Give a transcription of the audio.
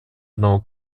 одного